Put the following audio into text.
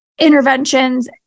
interventions